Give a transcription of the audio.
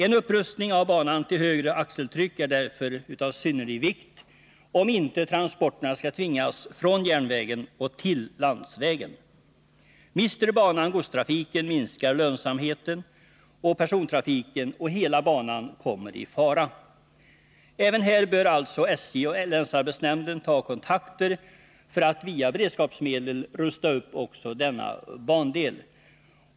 En upprustning av banan till högre axeltryck är därför av synnerlig vikt, om inte transporterna skall tvingas från järnvägen och till landsvägen. Mister banan godstrafiken minskar lönsamheten och persontrafiken, och hela banan kommer i fara. Även här bör alltså SJ och länsarbetsnämnden ta kontakter för att via beredskapsmedel rusta upp också denna bandel.